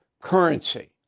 currency